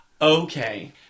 Okay